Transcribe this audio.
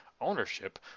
ownership